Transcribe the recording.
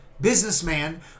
businessman